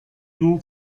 nur